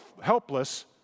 helpless